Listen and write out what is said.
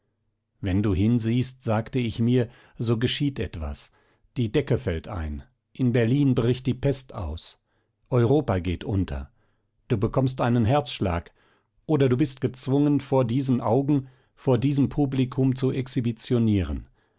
wenn du hinsiehst sagte ich mir so geschieht etwas die decke fällt ein in berlin bricht die pest aus europa geht unter du bekommst einen herzschlag oder du bist gezwungen vor diesen augen vor diesem publikum zu